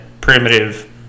primitive